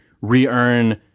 re-earn